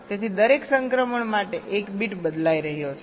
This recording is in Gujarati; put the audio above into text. તેથી દરેક સંક્રમણ માટે એક બીટ બદલાઈ રહ્યો છે